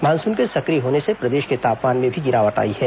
monsoon के सक्रिय होने से प्रदेश के तापमान में भी गिरावट आई है